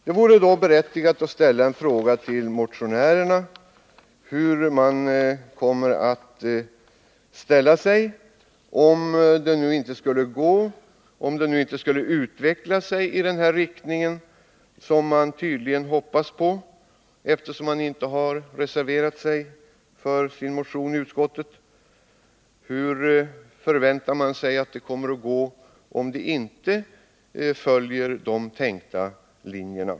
Det är berättigat, tycker jag, att rikta en fråga till motionärerna: Hur tänker ni ställa er om frågan inte skulle utveckla sig i den riktning ni tydligen hoppas, eftersom ni inte har reserverat er till förmån för motionen i utskottet?